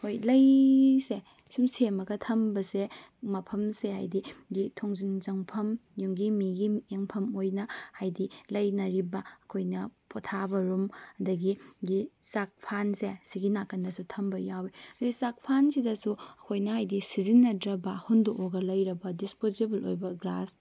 ꯍꯣꯏ ꯂꯩꯁꯦ ꯁꯨꯝ ꯁꯦꯝꯃꯒ ꯊꯝꯕꯁꯦ ꯃꯐꯝꯁꯦ ꯍꯥꯏꯕꯗꯤ ꯊꯣꯡꯖꯤꯟ ꯆꯪꯐꯝ ꯌꯨꯝꯒꯤ ꯃꯤꯒꯤ ꯌꯦꯡꯐꯝ ꯑꯣꯏꯅ ꯍꯥꯏꯗꯤ ꯂꯩꯅꯔꯤꯕ ꯑꯩꯈꯣꯏꯅ ꯄꯣꯊꯥꯔꯤꯕ ꯔꯨꯝ ꯑꯗꯨꯗꯒꯤꯒꯤ ꯆꯥꯛꯐꯟꯁꯦ ꯁꯤꯒꯤ ꯅꯥꯀꯟꯗꯁꯨ ꯊꯝꯕ ꯌꯥꯎꯏ ꯁꯤ ꯆꯥꯛꯐꯟꯁꯤꯗꯁꯨ ꯑꯩꯈꯣꯏꯅ ꯍꯥꯏꯕꯗꯤ ꯁꯤꯖꯤꯅꯗ꯭ꯔꯕ ꯍꯨꯟꯗꯣꯛꯑꯒ ꯂꯩꯔꯕ ꯗꯤꯁꯄꯣꯖꯤꯕꯜ ꯑꯣꯏꯕ ꯒ꯭ꯂꯥꯁ